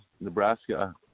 Nebraska